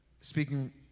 Speaking